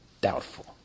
Doubtful